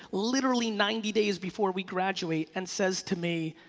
literally ninety days before we graduate and says to me